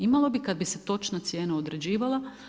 Imalo bi kada bi se točna cijena određivala.